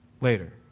later